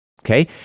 Okay